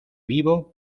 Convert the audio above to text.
vivo